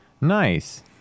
Nice